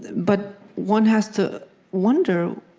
but one has to wonder,